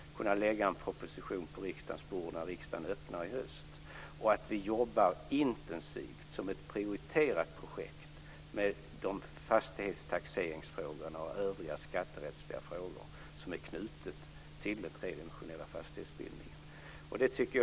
Då kan vi lägga en proposition på riksdagens bord när riksdagen öppnar i höst. Vi jobbar intensivt och ser taxeringsfrågor och övriga skatterättsliga frågor som är knutna till den tredimensionella fastighetsbildningen som ett prioriterat projekt.